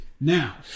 Now